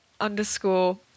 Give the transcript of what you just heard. underscore